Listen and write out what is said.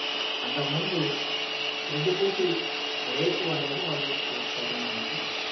అంతకముందు credibility rate అనేది వాళ్ళు చూస్తారు మనకి